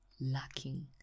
lacking